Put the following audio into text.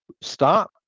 stop